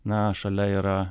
na šalia yra